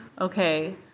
okay